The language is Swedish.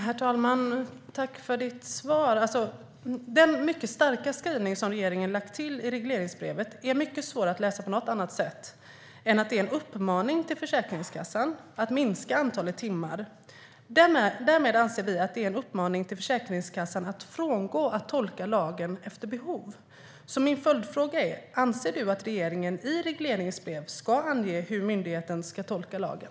Herr talman! Tack för svaret, Åsa Regnér! Den mycket starka skrivning som regeringen har lagt till i regleringsbrevet är mycket svår att läsa på något annat sätt än som en uppmaning till Försäkringskassan att minska antalet timmar. Därmed anser vi att det är en uppmaning till Försäkringskassan att frångå att tolka lagen efter behov. Min följdfråga är därför: Anser du att regeringen i regleringsbrev ska ange hur myndigheten ska tolka lagen?